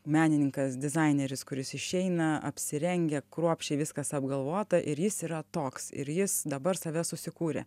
menininkas dizaineris kuris išeina apsirengia kruopščiai viskas apgalvota ir jis yra toks ir jis dabar save susikūrė